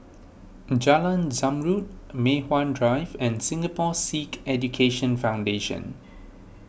Jalan Zamrud Mei Hwan Drive and Singapore Sikh Education Foundation